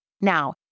Now